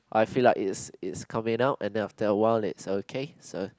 I feel like it's it's coming out and then after a while then it's okay so